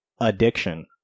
addiction